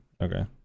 Okay